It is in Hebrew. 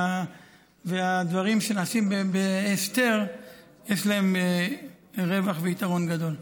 והדברים שנעשים בהסתר יש להם רווח ויתרון גדול.